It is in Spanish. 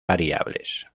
variables